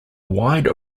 wide